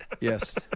Yes